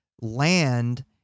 land—